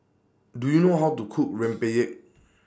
Do YOU know How to Cook Rempeyek